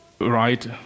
Right